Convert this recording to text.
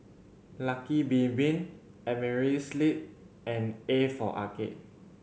Lucky Bin Bin Amerisleep and A for Arcade